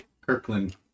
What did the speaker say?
Kirkland